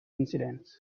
incidents